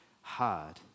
hard